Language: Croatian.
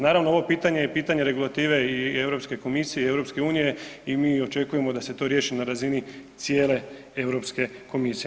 Naravno, ovo pitanje je pitanje regulative i Europske komisije i EU i mi očekujemo da se to riješi na razini cijele Europske komisije.